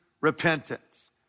repentance